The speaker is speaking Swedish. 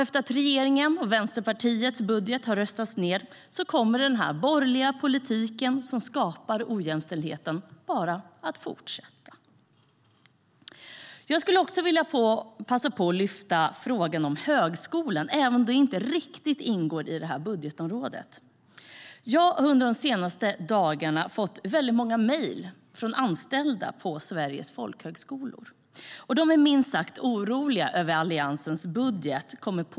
Efter att regeringen och Vänsterpartiets budget har röstats ned kommer den borgerliga politik som skapar ojämställdheten bara att fortsätta. Jag skulle också vilja passa på att lyfta upp frågan om folkhögskolan, även om den inte riktigt ingår i det här budgetområdet. Jag har under de senaste dagarna fått många mejl från anställda på Sveriges folkhögskolor.